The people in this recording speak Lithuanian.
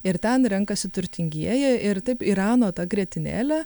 ir ten renkasi turtingieji ir taip irano ta grietinėlė